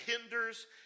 hinders